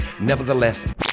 Nevertheless